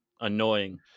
annoying